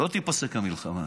לא תיפסק המלחמה,